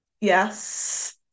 yes